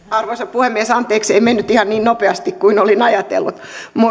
arvoisa puhemies anteeksi ei mennyt ihan niin nopeasti kuin olin ajatellut